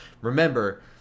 remember